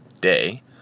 day